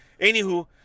Anywho